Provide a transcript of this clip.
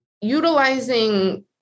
utilizing